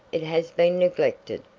it has been neglected.